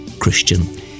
Christian